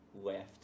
left